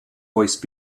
voice